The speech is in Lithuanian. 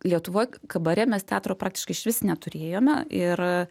lietuvoj kabare mes teatro praktiškai išvis neturėjome ir